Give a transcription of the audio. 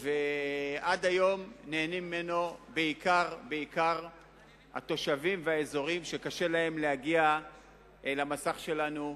ועד היום נהנים ממנו בעיקר התושבים והאזורים שקשה להם להגיע למסך שלנו,